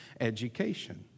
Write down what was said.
education